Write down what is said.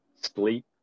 sleep